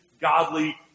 godly